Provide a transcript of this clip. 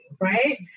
right